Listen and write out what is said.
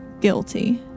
guilty